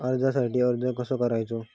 कर्जासाठी अर्ज कसो करायचो?